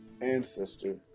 ancestor